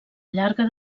llarga